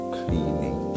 cleaning